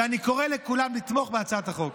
ואני קורא לכולם לתמוך בהצעת החוק.